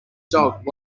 dog